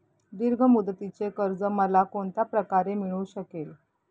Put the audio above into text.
दीर्घ मुदतीचे कर्ज मला कोणत्या प्रकारे मिळू शकेल?